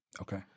Okay